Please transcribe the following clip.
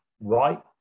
right